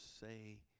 say